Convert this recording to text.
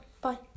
bye